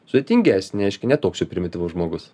sudėtingesnė aiškiai ne toks jau primityvus žmogus